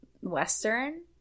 western